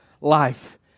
life